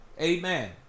Amen